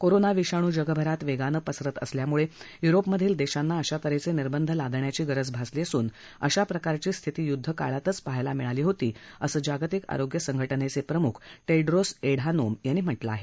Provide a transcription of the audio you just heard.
corona विषाणू जगभरात वेगानं पसरत असल्यामुळे युरोपमधील देशांना अशा त हेचे निर्बंध लादण्याची गरज भासली असून अशा प्रकारची स्थिती युद्धकाळातच पहायला मिळाली होती असं जागतिक आरोग्य संघटनेचे प्रमुख टेड्रोस एढानोम यांनी म्हटलं आहे